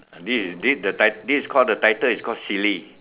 this is this the title this is called the title is called silly